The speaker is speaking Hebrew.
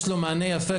יש לו מענה יפה,